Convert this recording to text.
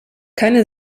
keine